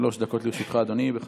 שלוש דקות לרשותך אדוני, בכבוד.